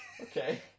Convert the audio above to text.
Okay